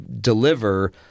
deliver